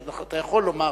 אתה יכול לומר,